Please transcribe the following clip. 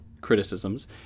criticisms